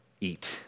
eat